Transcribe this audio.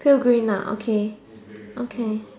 pale green ah okay